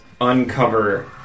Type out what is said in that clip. uncover